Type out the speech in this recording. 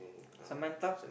Samantha